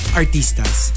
artistas